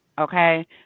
Okay